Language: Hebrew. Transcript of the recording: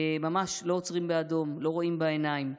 ממש לא עוצרים באדום, לא רואים בעיניים.